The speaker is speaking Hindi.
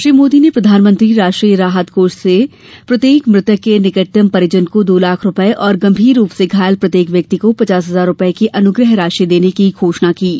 श्री मोदी ने प्रधानमंत्री राष्ट्रीय राहत कोष से प्रत्येक मृतक के निकटतम परिजन को दो लाख रूपये और गंभीर रूप से घायल प्रत्येक व्यक्ति को पचास हजार रूपये की अनुग्रह राशि देने की घोषणा की है